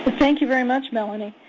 thank you very much, melanie.